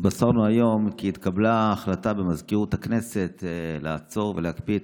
התבשרנו היום כי התקבלה החלטה במזכירות הכנסת לעצור ולהקפיא את